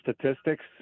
statistics